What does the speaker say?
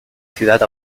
ciudad